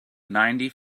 ninety